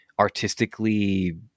artistically